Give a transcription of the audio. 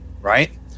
right